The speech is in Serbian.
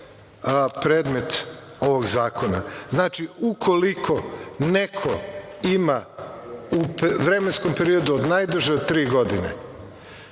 predmet ovog zakona. Znači, ukoliko neko ima u vremenskom periodu od najduže od tri godine